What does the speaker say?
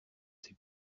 sais